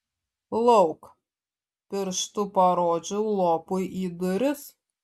lauk pirštu parodžiau lopui į duris